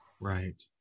Right